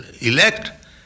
elect